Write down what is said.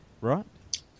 right